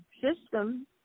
system